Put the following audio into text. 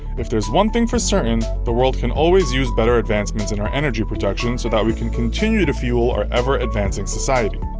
if there's one thing for certain, the world can always use better advancements in our energy production so that we can continue to fuel our ever-advancing society.